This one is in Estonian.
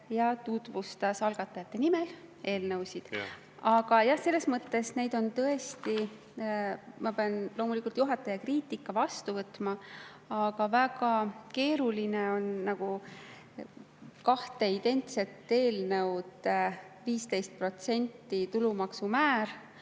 ja tutvustas algatajate nimel eelnõusid. Aga jah, selles mõttes neid on tõesti … Ma pean loomulikult juhataja kriitika vastu võtma. Aga väga keeruline on [kirjeldada] kahte identset eelnõu: [on ettepanek